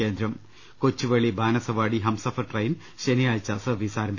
കേന്ദ്രം കൊച്ചുവേളി ബാനസവാടി ഹംസഫർ ട്രെയിൻ ശനിയാഴ്ച സർവ്വീസ് ആരം